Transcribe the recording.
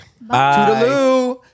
Bye